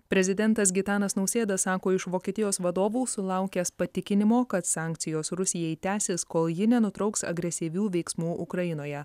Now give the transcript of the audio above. prezidentas gitanas nausėda sako iš vokietijos vadovų sulaukęs patikinimo kad sankcijos rusijai tęsis kol ji nenutrauks agresyvių veiksmų ukrainoje